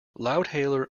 loudhailer